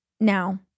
Now